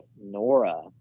Nora